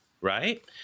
right